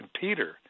Peter